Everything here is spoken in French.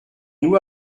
nous